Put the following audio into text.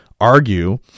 argue